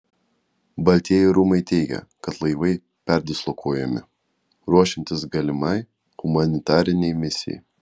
baltieji rūmai teigia kad laivai perdislokuojami ruošiantis galimai humanitarinei misijai